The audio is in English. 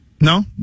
no